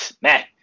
man